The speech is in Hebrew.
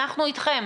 אנחנו איתכם.